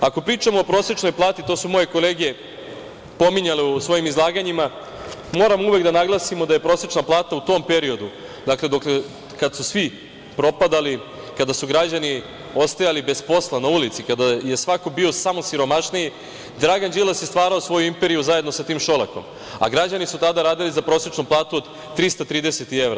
Ako pričamo o prosečnoj plati, to su moje kolege pominjale u svojim izlaganjima, moramo uvek da naglasimo da je prosečna plata u tom periodu, dakle, kad su svi propadali, kada su građani ostajali bez posla, na ulici, kada je svako bio samo siromašniji, Dragan Đilas je stvarao svoju imperiju zajedno sa tim Šolakom, a građani su tada radili za prosečnu platu od 330 evra.